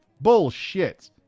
Bullshit